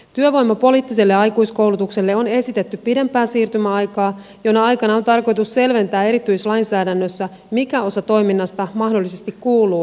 työvoimapoliittiselle aikuiskoulutukselle on esitetty pidempää siirtymäaikaa jona aikana on tarkoitus selventää erityislainsäädännössä mikä osa toiminnasta mahdollisesti kuuluu yhtiöittämisen piiriin